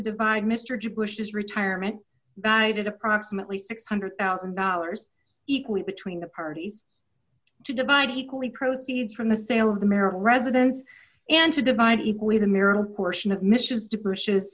divide mr g bush's retirement bided approximately six hundred thousand dollars equally between the parties to divide equally proceeds from the sale of the marital residence and to divide equally the marital portion of missions to